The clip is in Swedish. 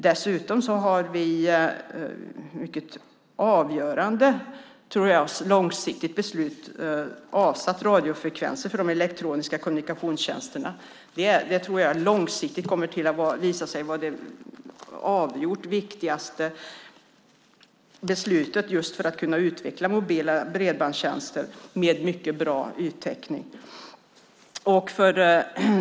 Dessutom har vi i ett mycket avgörande, tror jag, långsiktigt beslut avsatt radiofrekvenser för de elektroniska kommunikationstjänsterna. Det tror jag långsiktigt kommer att visa sig vara det avgjort viktigaste beslutet just när det gäller att kunna utveckla mobila bredbandstjänster med mycket bra yttäckning.